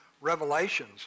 revelations